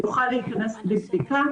יוכל להיכנס בלי בדיקה,